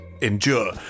Endure